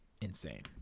insane